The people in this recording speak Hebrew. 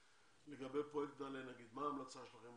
לגבי פרויקט נעל"ה נגיד, מה הייתה ההמלצה שלכם?